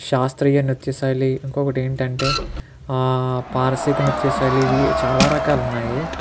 శాస్త్రీయ నృత్య శైలి ఇంకొకటి ఏంటంటే ఆ పార్శిక నృత్య శైలి ఇవి చాలా రకాలు ఉన్నాయి